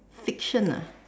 fiction ah